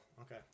okay